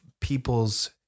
people's